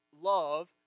love